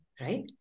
right